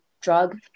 drug